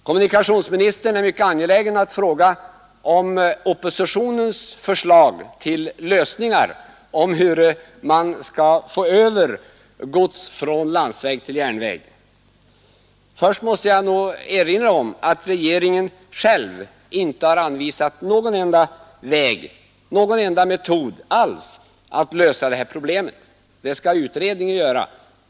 Kommunikationsministern frågar ivrigt om oppositionens förslag till lösningar beträffande överföring av gods från landsväg till järnväg. Först måste jag erinra om att regeringen själv inte har anvisat någon enda metod att lösa detta problem; det skall utredningen göra.